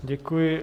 Děkuji.